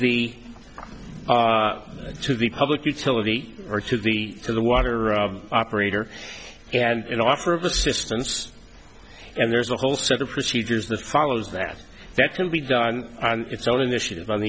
the to the public utility or to the to the water operator and offer of assistance and there's a whole set of procedures that follows that that can be done it's own initiative on